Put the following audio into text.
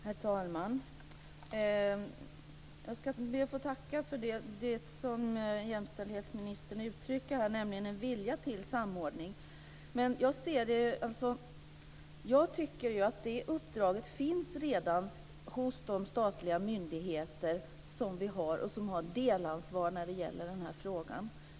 Herr talman! Jag ska be att få tacka för det som jämställdhetsministern här uttrycker, nämligen en vilja till samordning. Men jag tycker att det uppdraget redan finns hos de av våra statliga myndigheter som har delansvar i den här frågan.